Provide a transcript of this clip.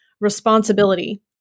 responsibility